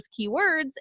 keywords